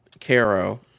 Caro